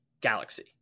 galaxy